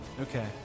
Okay